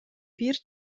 бир